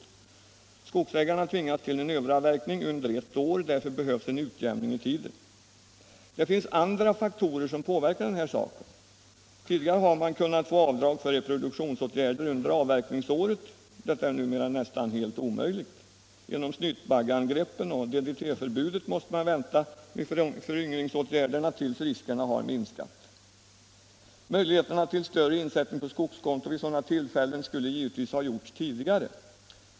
När skogsägarna tvingas till en avverkning under ett år behövs en utjämning i tiden. Det finns även andra faktorer som här inverkar. Tidigare har man kunnat göra avdrag för reproduktionsåtgärder under avverkningsåret, något som numera är nästan omöjligt. På grund av snytbaggeangreppen och DDT-förbudet måste man vänta med föryngringsåtgärderna tills riskerna har minskat. Möjligheter till större insättning på skogskonto vid sådana här tillfällen borde givetvis ha skapats tidigare.